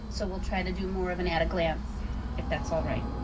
so we'll try to do more of an at-a-glance, if that's all right.